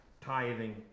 tithing